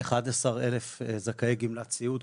11,000 זכאי גמלת סיעוד,